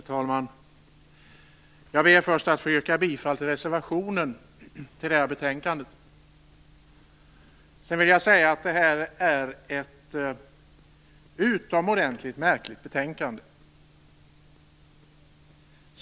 Herr talman! Jag ber först att få yrka bifall till reservationen till detta betänkande. Sedan vill jag säga att detta är ett utomordentligt märkligt betänkande.